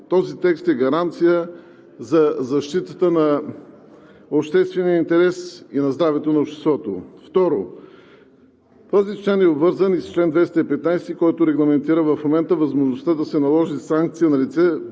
Този текст е гаранция за защитата на обществения интерес и на здравето на обществото. Второ, този член е обвързан и с чл. 215, който регламентира в момента възможността да се наложи санкция на лице,